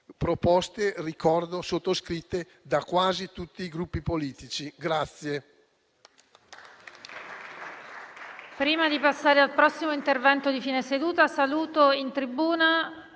proposte - ricordo - sottoscritte da quasi tutti i Gruppi politici.